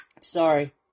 Sorry